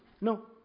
no